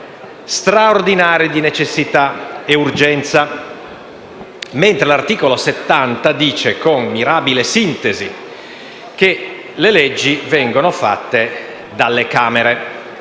straordinari di necessità e urgenza. Al contempo, l'articolo 70 statuisce, con mirabile sintesi, che le leggi vengono fatte dalle Camere